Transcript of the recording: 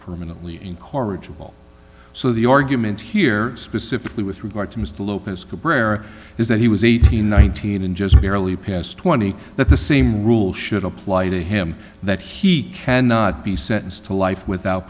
permanently incorrigible so the argument here specifically with regard to mr lopez cabrera is that he was eighteen nineteen and just barely past twenty that the same rule should apply to him that he cannot be sentenced to life without